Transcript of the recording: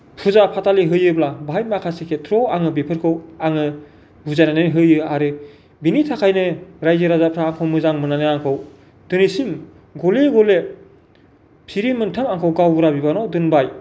फुजा फाथालि होयोब्ला बेहाय माखासे खेत्र'आव आङो बेफोरखौ आङो बुजायनानै होयो आरो बिनि थाखायनो राइजो राजाफ्रा आंखौ मोजां मोननानै आंखौ दिनैसिम गले गले फिरि मोनथाम आंखौ गावबुरा बिबानाव दोनबाय